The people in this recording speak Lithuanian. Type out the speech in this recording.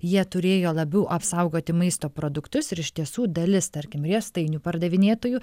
jie turėjo labiau apsaugoti maisto produktus ir iš tiesų dalis tarkim riestainių pardavinėtojų